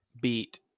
beat